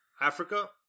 Africa